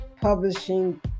Publishing